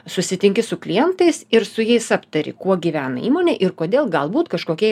susitinki su klientais ir su jais aptari kuo gyvena įmonė ir kodėl galbūt kažkokie